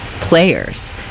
players